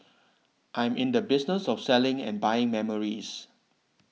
I'm in the business of selling and buying memories